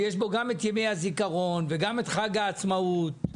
ימי הזיכרון וחג העצמאות.